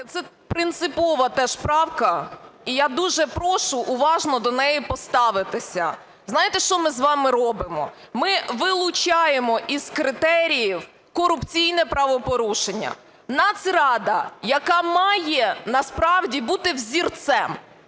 це принципова теж правка і я дуже прошу уважно до неї поставитися. Знаєте, що ми з вами робимо? Ми вилучаємо із критеріїв корупційне правопорушення. Нацрада, яка має насправді бути взірцем,